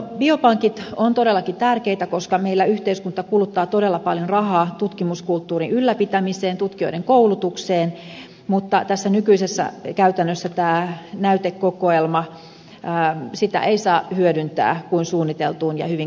biopankit ovat todellakin tärkeitä koska meillä yhteiskunta kuluttaa todella paljon rahaa tutkimuskulttuurin ylläpitämiseen tutkijoiden koulutukseen mutta tässä nykyisessä käytännössä tätä näytekokoelmaa ei saa hyödyntää kuin suunniteltuun ja hyvin kapeaan tutkimukseen